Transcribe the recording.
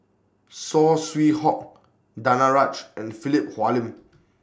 Saw Swee Hock Danaraj and Philip Hoalim